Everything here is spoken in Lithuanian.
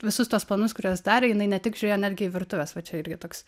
visus tuos planus kuriuos darė jinai ne tik žiūrėjo netgi į virtuves va čia irgi toks